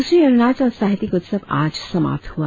दूसरी अरुणाचल साहित्यिक उत्सव आज समाप्त हुआ